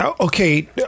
Okay